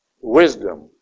wisdom